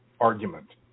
argument